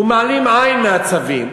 הוא מעלים עין מהצווים,